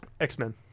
X-Men